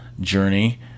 journey